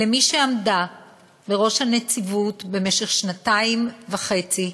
למי שעמדה בראש הנציבות במשך שנתיים וחצי,